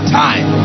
time